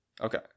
Okay